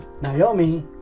Naomi